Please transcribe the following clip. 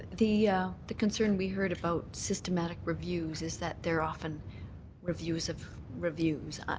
the the concern we heard about systematic reviews is that they are often reviews of reviews.